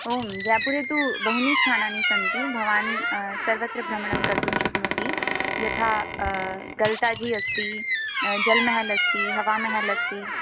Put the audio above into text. ओं जैपुरे तु बहूनि स्थानानि सन्ति भवान् सर्वत्र भ्रमणं कर्तुं शक्नोति यथा गल्ताजि अस्ति जल्महल् अस्ति हवामहल् अस्ति